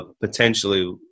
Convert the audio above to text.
potentially